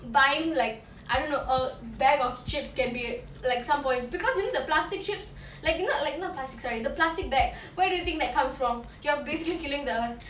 buying like I don't know a bag of chips can be like some points because you know the plastic chips like not like not plastics sorry the plastic bag where do you think that comes from you are basically killing the earth